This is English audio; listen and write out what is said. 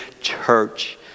church